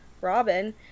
robin